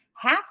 half